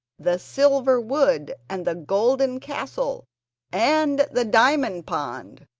the silver wood and the golden castle and the diamond pond.